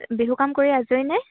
বিহু কাম কৰি আজৰি নাই